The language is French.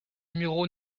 numéro